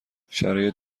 شرایط